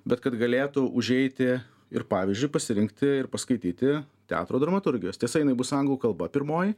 bet kad galėtų užeiti ir pavyzdžiui pasirinkti ir paskaityti teatro dramaturgijos tiesa jinai bus anglų kalba pirmoji